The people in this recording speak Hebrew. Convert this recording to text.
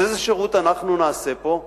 אז איזה שירות אנחנו נעשה פה?